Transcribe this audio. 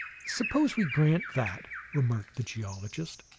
suppose we grant that, remarked the geologist.